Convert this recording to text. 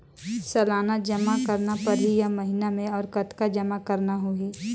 सालाना जमा करना परही या महीना मे और कतना जमा करना होहि?